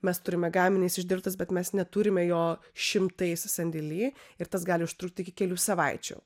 mes turime gaminius išdirbtus bet mes neturime jo šimtais sandėly ir tas gali užtrukti iki kelių savaičių